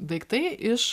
daiktai iš